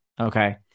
Okay